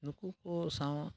ᱱᱩᱠᱩ ᱠᱚ ᱥᱟᱶ